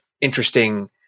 interesting